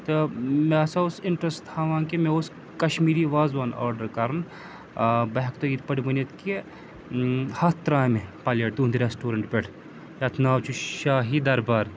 تہٕ مےٚ ہَسا اوس اِنٹرٛسٹ تھاوان کہِ مےٚ اوس کشمیٖری وازوان آرڈَر کَرُن بہٕ ہٮ۪کہٕ تۄہہِ یِتھ پٲٹھۍ ؤنِتھ کہِ ہَتھ ترٛامہِ پَلیٹ تُہُنٛدِ رٮ۪سٹورَنٛٹ پٮ۪ٹھ یتھ ناو چھُ شاہی دربار